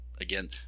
again